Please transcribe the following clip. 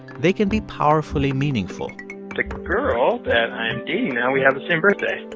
they can be powerfully meaningful the girl that i'm dating now we have the same birthday,